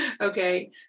Okay